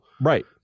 Right